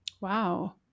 Wow